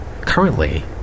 currently